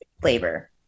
flavor